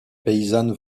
paysannes